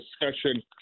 discussion